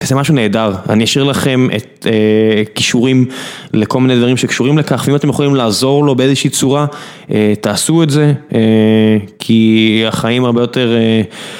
תעשו משהו נהדר אני אשאיר לכם את קישורים לכל מיני דברים שקשורים לכך ואם אתם יכולים לעזור לו באיזושהי צורה תעשו את זה כי החיים הרבה יותר